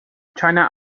china